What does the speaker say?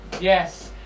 yes